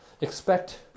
expect